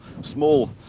small